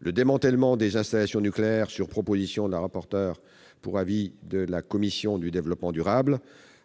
le démantèlement des installations nucléaires, sur proposition de la rapporteure pour avis de la commission du développement durable,